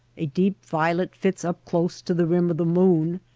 a deep violet fits up close to the rim of the moon,